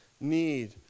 need